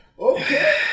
Okay